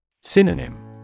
Synonym